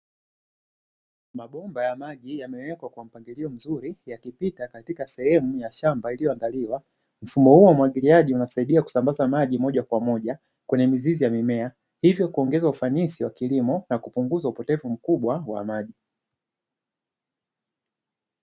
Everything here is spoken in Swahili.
Mabomba ya maji yamewekwa kwa mpangilio mzuri, yakipita katika sehemu ya shamba iliyoandaliwa. Mfumo huo wa umwagiliaji unasaidia kusambaza maji moja kwa moja kwenye mizizi ya mimea, hivyo kuongeza ufanisi wakati wa kilimo na kupunguza upotevu upotevu mkubwa wa maji.